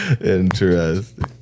Interesting